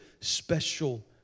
special